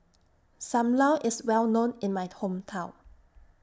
SAM Lau IS Well known in My Hometown